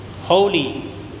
holy